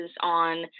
on